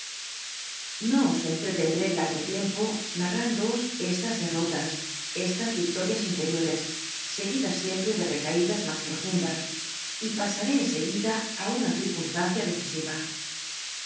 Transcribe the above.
os entretendré largo tiempo narrándoos estas derrotas estas victorias interiores segui das siempre de recaídas más protandas y pa saré en seguida á uaa circunstaacia decisiva